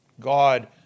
God